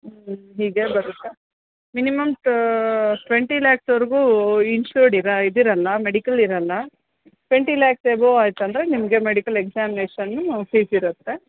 ಹ್ಞೂ ಹೀಗೆ ಬರುತ್ತೆ ಮಿನಿಮಮ್ ಟ ಟ್ವೆಂಟಿ ಲ್ಯಾಕ್ಸ್ವರೆಗೂ ಇನ್ಸೂರ್ರ್ಡ್ ಇದೆ ಇದಿರಲ್ಲ ಮೆಡಿಕಲ್ ಇರಲ್ಲ ಟ್ವೆಂಟಿ ಲ್ಯಾಕ್ಸ್ ಅಬೋವ್ ಆಯ್ತಂದ್ರೆ ನಿಮಗೆ ಮೆಡಿಕಲ್ ಎಕ್ಸಾಮಿನೇಷನ್ನು ಫೀಸ್ ಇರತ್ತೆ